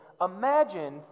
imagine